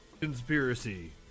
conspiracy